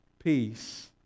peace